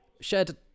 shared